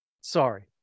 Sorry